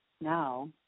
now